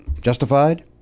Justified